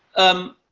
um,